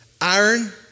Iron